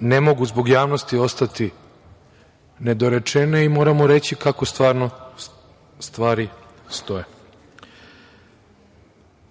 ne mogu ostati nedorečeno i moram vam reći kako stvarno stvari stoje.